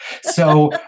So-